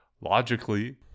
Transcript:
logically